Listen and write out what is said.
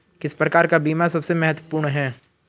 किस प्रकार का बीमा सबसे महत्वपूर्ण है?